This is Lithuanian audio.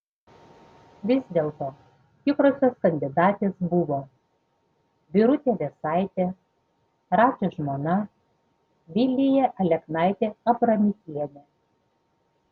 vis dėlto tikrosios kandidatės buvo birutė vėsaitė radži žmona vilija aleknaitė abramikienė